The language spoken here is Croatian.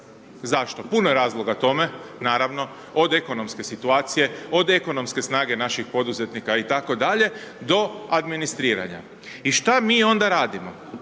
Zašto? Puno je razloga tome. Naravno, od ekonomske situacije, od ekonomske snage naših poduzetnika itd., do administriranja. I šta mi onda radimo?